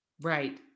right